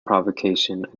provocation